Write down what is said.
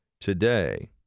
today